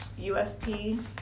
USP